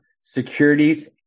Securities